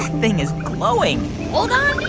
thing is glowing hold on